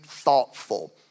thoughtful